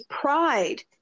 pride